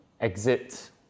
exit